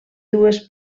dues